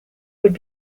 would